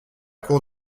cour